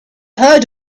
heard